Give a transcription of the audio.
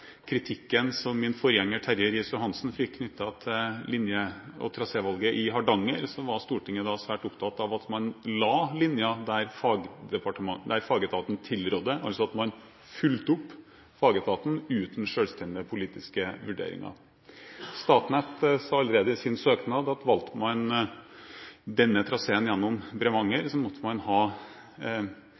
kritikken som min forgjenger Terje Riis-Johansen fikk knyttet til linje- og trasévalget i Hardanger, vet vi at Stortinget da var svært opptatt av at man la linjen der fagetaten tilrådde – altså at man fulgte opp fagetaten uten selvstendige politiske vurderinger. Statnett sa allerede i sin søknad at om man valgte denne traseen gjennom Bremanger, måtte man ha